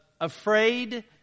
afraid